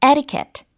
Etiquette